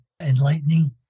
enlightening